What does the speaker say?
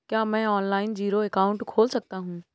क्या मैं online zero account खोल सकता हूँ?